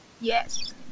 yes